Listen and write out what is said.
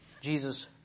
Jesus